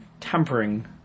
Tampering